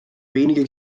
wenige